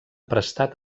prestat